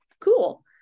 cool